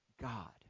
God